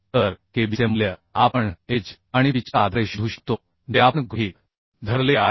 तर KB चे मूल्य आपण एज आणि पिचच्या आधारे शोधू शकतो जे आपण गृहीत धरले आहे